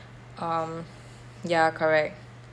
um ya correct